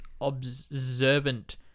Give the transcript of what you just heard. observant